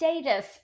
status